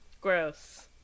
Gross